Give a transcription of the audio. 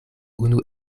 unu